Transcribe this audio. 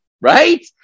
right